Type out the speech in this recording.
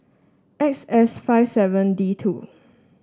X S five seven D two